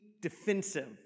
defensive